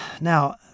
Now